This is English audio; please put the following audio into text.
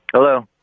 hello?